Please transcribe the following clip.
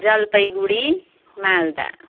Jalpaiguri Malda